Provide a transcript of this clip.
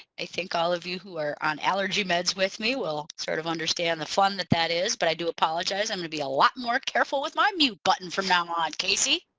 i think all of you who are on allergy meds with me will sort of understand the fun that that is but i do apologize i'm going to be a lot more careful with my mute button from now on casey.